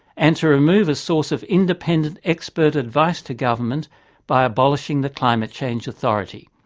and to remove a source of independent expert advice to government by abolishing the climate change authority.